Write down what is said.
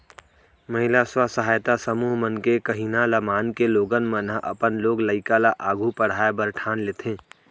महिला स्व सहायता समूह मन के कहिना ल मानके लोगन मन ह अपन लोग लइका ल आघू पढ़ाय बर ठान लेथें